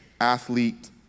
athlete